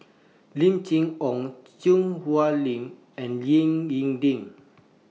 Lim Chee Onn Choo Hwee Lim and Ying in Ding